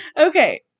Okay